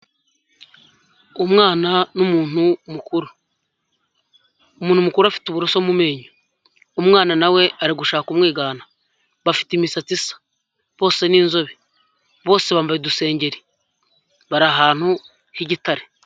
Umwana n'umuntu mukuru, umuntu mukuru afite uburoso mu menyo, umwana nawe ari gushaka kumwigana, bafite imisatsi isa, bose ni inzobe, bose bambaye udusengeri, bari ahantu h'igitare.